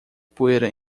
poeira